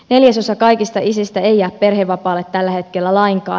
neljäsosa kaikista isistä ei jää perhevapaalle tällä hetkellä lainkaan